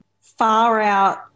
far-out